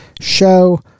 show